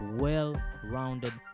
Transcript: well-rounded